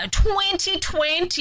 2020